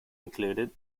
included